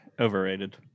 overrated